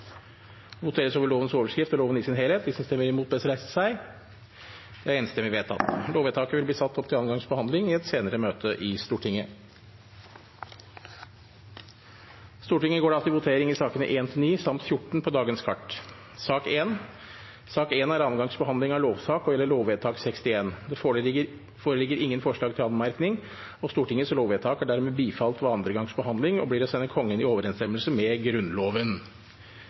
voteres over resten av III samt øvrige romertall. Det voteres over lovens overskrift og loven i sin helhet. Lovvedtaket vil bli ført opp til andre gangs behandling i et senere møte i Stortinget. Stortinget går da til votering over sakene nr. 1–9 samt nr. 14 på dagens kart. Sak nr. 1 er andre gangs behandling av lovsak og gjelder lovvedtak 61. Det foreligger ingen forslag til anmerkning. Stortingets lovvedtak er dermed bifalt ved andre gangs behandling og blir å sende Kongen i overensstemmelse med Grunnloven.